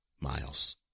Miles